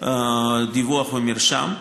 דיווח ומרשם).